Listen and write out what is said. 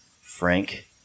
Frank